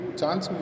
chance